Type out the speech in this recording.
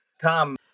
Tom